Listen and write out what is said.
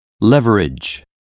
leverage